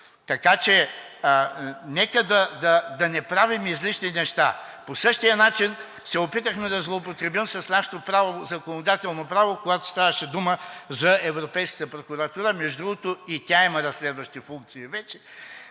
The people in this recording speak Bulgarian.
Така че нека да не правим излишни неща. По същия начин се опитахме да злоупотребим с нашето законодателно право, когато ставаше дума за Европейската прокуратура. Между другото, и тя има разследващи функции вече